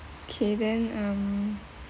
okay then um